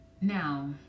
Now